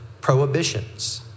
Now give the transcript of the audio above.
prohibitions